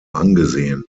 angesehen